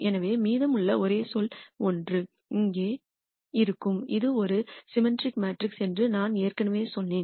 எனவே மீதமுள்ள ஒரே சொல் 1 இது இங்கே இருக்கும் இது ஒரு சிமிட்டிரிக் மேட்ரிக்ஸ் என்று நான் ஏற்கனவே சொன்னேன்